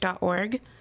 org